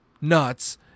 nuts